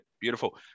beautiful